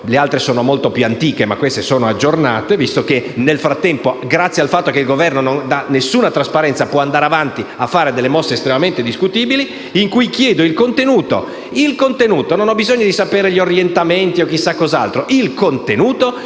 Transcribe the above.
(le altre sono molte più antiche, ma queste sono aggiornate visto che nel frattempo, grazie al fatto che il Governo non dà nessuna trasparenza, può andare avanti a fare mosse estremamente discutibili) in cui chiedo il contenuto, non l'orientamento o chissà cos'altro,